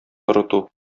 корыту